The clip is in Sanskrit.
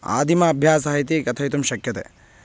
आदिमः अभ्यासः इति कथयितुं शक्यते